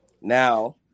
Now